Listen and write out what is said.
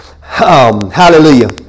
Hallelujah